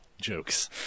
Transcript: jokes